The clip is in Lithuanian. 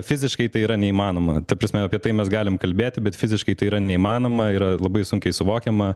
fiziškai tai yra neįmanoma ta prasme apie tai mes galim kalbėti bet fiziškai tai yra neįmanoma yra labai sunkiai suvokiama